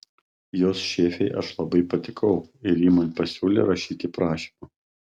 jos šefei aš labai patikau ir ji man pasiūlė rašyti prašymą